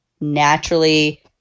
naturally